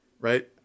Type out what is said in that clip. right